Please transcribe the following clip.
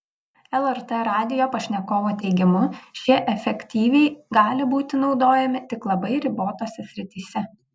lrt radijo pašnekovo teigimu šie efektyviai gali būti naudojami tik labai ribotose srityse